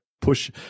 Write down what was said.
push